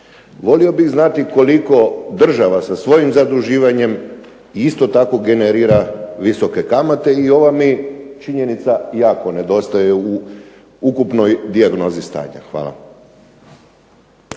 Volio bih znati koliko država sa svojim zaduživanjem isto tako generira visoke kamate i ova mi činjenica jako nedostaje u ukupnoj dijagnozi stanja. Hvala.